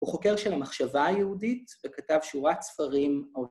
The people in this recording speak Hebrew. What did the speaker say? הוא חוקר של המחשבה היהודית וכתב שורת ספרים עוד.